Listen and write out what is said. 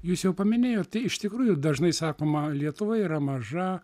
jūs jau paminėjote iš tikrųjų dažnai sakoma lietuva yra maža